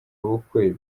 bukwe